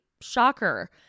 shocker